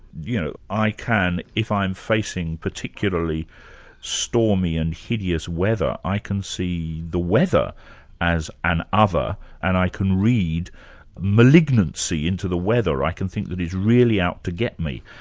you know i can, if i'm facing particularly stormy and hideous weather, i can see the weather as an other, and i can read malignancy into the weather, i can think that it's really out to get me,